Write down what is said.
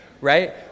right